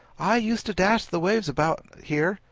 i used to dash the waves about here,